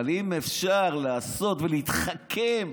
אבל אם אפשר לעשות ולהתחכם,